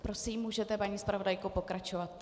Prosím, můžete, paní zpravodajko, pokračovat.